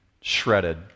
shredded